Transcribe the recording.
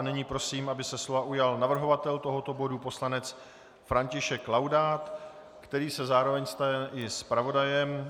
A nyní prosím, aby se slova ujal navrhovatel tohoto bodu poslanec František Laudát, který se zároveň stane i zpravodajem.